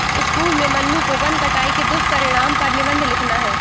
school में मन्नू को वन कटाई के दुष्परिणाम पर निबंध लिखना है